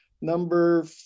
Number